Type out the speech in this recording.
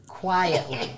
Quietly